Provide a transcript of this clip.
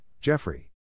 Jeffrey